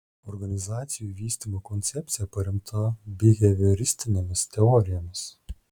organizacijų vystymo koncepcija paremta bihevioristinėmis teorijomis